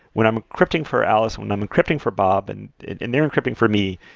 when i'm encrypting for alice, when i'm encrypting for bob and and they're encrypting for me,